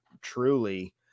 truly